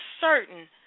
certain